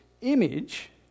image